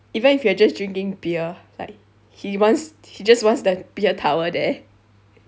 even if you're just drinking beer like he wants he just wants the beer tower there